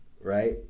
right